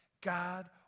God